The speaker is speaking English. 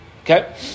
Okay